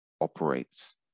operates